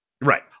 Right